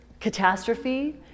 catastrophe